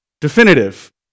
definitive